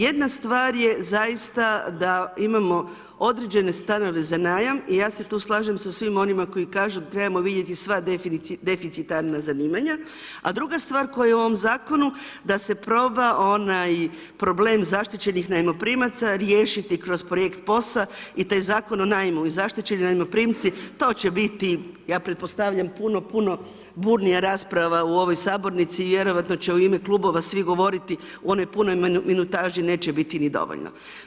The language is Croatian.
Jedna stvar je zaista da imamo određene stanove za najam i ja se tu slažem sa svim onima koji kažu trebamo vidjeti sva deficitarna zanimanja, a druga stvar koja je u ovom zakonu da se proba onaj problem zaštićenih najmoprimaca riješiti kroz projekt POS-a i taj Zakon o najmu i zaštićeni najmoprimci, to će biti ja pretpostavljam puno, puno burnija rasprava u ovoj Sabornici, vjerojatno će u ime klubova svi govoriti o onoj punoj minutaži neće biti ni dovoljno.